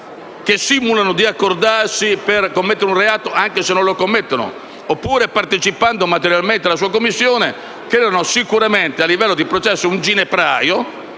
che simulino di accordarsi per commettere un reato, anche se non lo commettono, oppure che partecipino materialmente alla sua commissione, creano sicuramente, a livello di processo, un ginepraio: